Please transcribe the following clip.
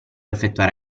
effettuare